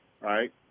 right